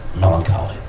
melancholy